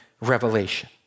revelation